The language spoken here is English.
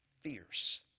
fierce